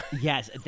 Yes